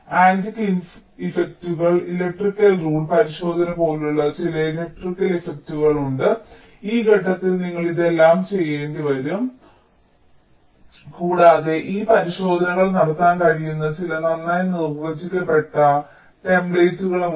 antenna ഇഫക്റ്റുകൾ electrical rule പരിശോധന പോലുള്ള ചില ഇലക്ട്രിക്കൽ ഇഫക്റ്റുകൾ ഉണ്ട് ഈ ഘട്ടത്തിൽ നിങ്ങൾ ഇതെല്ലാം ചെയ്യേണ്ടിവരും കൂടാതെ ഈ പരിശോധനകൾ നടത്താൻ കഴിയുന്ന ചില നന്നായി നിർവചിക്കപ്പെട്ട ടെംപ്ലേറ്റുകളും ഉണ്ട്